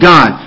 God